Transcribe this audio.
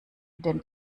den